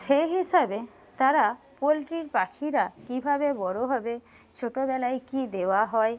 সেই হিসাবে তারা পোলট্রির পাখিরা কীভাবে বড়ো হবে ছোটবেলায় কি দেওয়া হয়